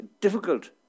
difficult